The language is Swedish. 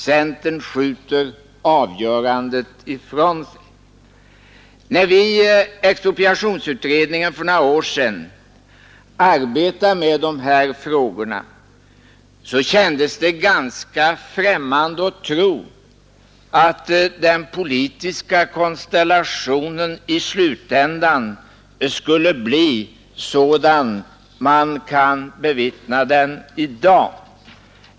Centern skjuter avgörandet ifrån sig. När vi för några år sedan arbetade med dessa frågor i expropriationsutredningen, kändes det ganska främmande att tro att den politiska konstellationen i slutändan skulle bli sådan man kan bevittna den i dag.